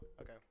Okay